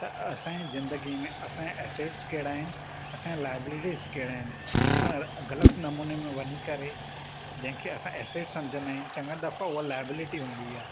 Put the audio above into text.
त असांजी जिंदगी में असांया ऐसेट्स केड़ा आइन असांजी लायबलिटीस कहिड़ा आहिनि असां ग़लति नमूने में वञी करे जंहिंखे असां ऐसेट्स सम्झंदा आहियूं चङो दफ़ो उहे लायबलिटीस हूंदी आहे